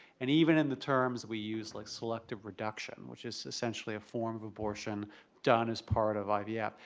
and even in the terms we use like selective reduction, which is essentially a form of abortion done as part of ivf. yeah